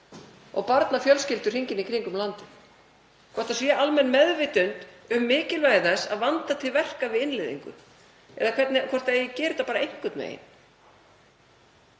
og barnafjölskyldur hringinn í kringum landið, hvort það sé almenn meðvitund um mikilvægi þess að vanda til verka við innleiðingu eða hvort það eigi að gera þetta bara einhvern veginn.